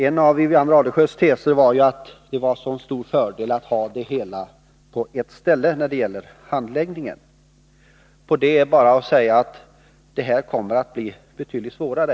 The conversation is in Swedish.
En av Wivi-Anne Radesjös teser var ju att det var så stor fördel att ha hela handläggningen på ett ställe. Till det är bara att säga att det här kommer att bli betydligt svårare.